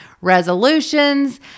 resolutions